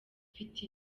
mfite